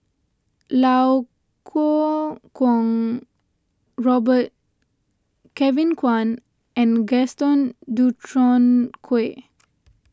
Kuo Kwong Robert Kevin Kwan and Gaston Dutronquoy